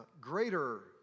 greater